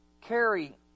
carry